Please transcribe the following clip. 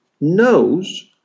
knows